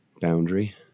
boundary